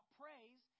praise